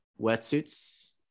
wetsuits